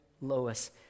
Lois